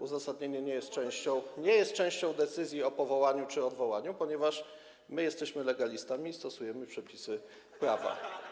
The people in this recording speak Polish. Uzasadnienie nie jest częścią decyzji o powołaniu czy odwołaniu, ponieważ my jesteśmy legalistami i stosujemy przepisy prawa.